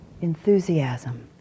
enthusiasm